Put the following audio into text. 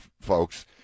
folks